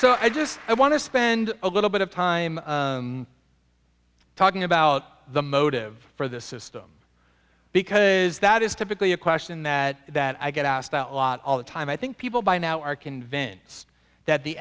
so i just want to spend a little bit of time talking about the motive for this system because that is typically a question that that i get asked out a lot all the time i think people by now are convinced that the